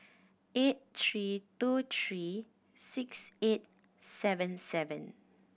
eight three two three six eight seven seven